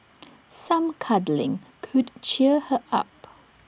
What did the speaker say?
some cuddling could cheer her up